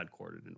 headquartered